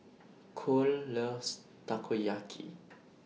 Kole loves Takoyaki